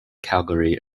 calgary